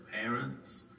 parents